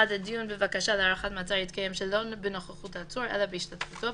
(1)הדיון בבקשה להארכת מעצר יתקיים שלא בנוכחות העצור אלא בהשתתפותו,